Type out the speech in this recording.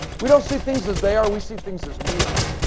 we don't see things as they are, we see things as we are.